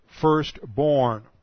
firstborn